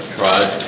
tried